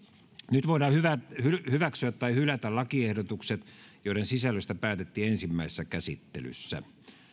nyt voidaan hyväksyä tai hylätä lakiehdotukset joiden sisällöstä päätettiin ensimmäisessä käsittelyssä